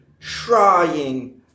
trying